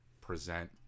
present